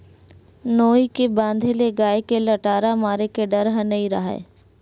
नोई के बांधे ले गाय के लटारा मारे के डर ह नइ राहय